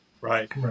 right